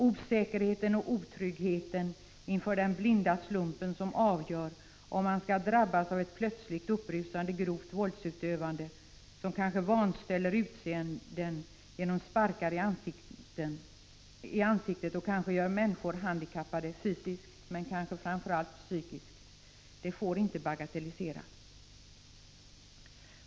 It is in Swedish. Osäkerheten och otryggheten inför den blinda slumpen — som avgör om man skall drabbas av ett plötsligt uppbrusande grovt våld, som kanske innebär att utseendet vanställs som en följd av sparkar i ansiktet och som kanske gör människor handikappade inte bara fysiskt utan också, och kanske framför allt, psykiskt — får inte bagatelliseras.